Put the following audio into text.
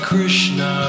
Krishna